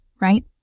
right